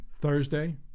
Thursday